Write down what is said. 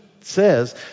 says